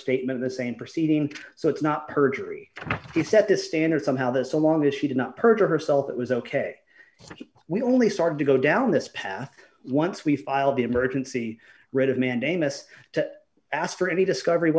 statement the same proceeding so it's not perjury he set the standard somehow that so long as she did not perjure herself it was ok we only started to go down this path once we filed the emergency writ of mandamus to ask for any discovery